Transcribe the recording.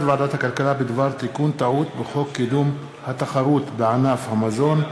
החלטת ועדת הכלכלה בדבר תיקון טעות בחוק קידום התחרות בענף המזון,